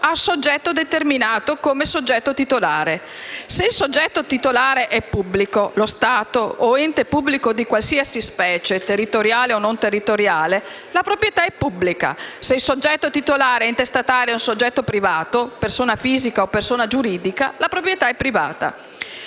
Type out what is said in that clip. un soggetto determinato come soggetto titolare. Se il soggetto titolare è pubblico (lo Stato o ente pubblico di qualsiasi specie, territoriale o non territoriale), la proprietà è pubblica. Se il soggetto titolare è privato (persona fisica o persona giuridica), la proprietà è privata.